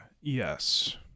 yes